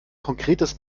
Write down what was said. konkretes